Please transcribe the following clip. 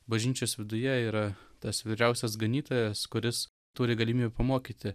bažnyčios viduje yra tas vyriausias ganytojas kuris turi galimybę pamokyti